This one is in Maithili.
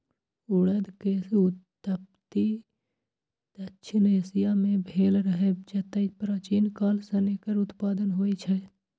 उड़द के उत्पत्ति दक्षिण एशिया मे भेल रहै, जतय प्राचीन काल सं एकर उत्पादन होइ छै